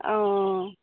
অঁ